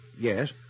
Yes